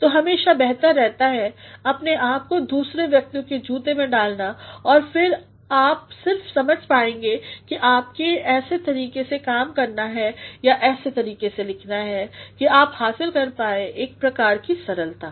तो हमेशा बेहतर रहता है अपने आप को दूसरे व्यक्ति के जूतों में डालना और फिर आप सिर्फ समझ पाएंगे कि आपको ऐसे तरीके से काम करना है या ऐसे तरीके से लिखना है कि आप हासिल कर पाएं एक प्रकार की सरलता